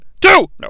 two